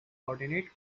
coordinate